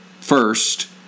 first